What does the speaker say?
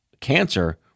cancer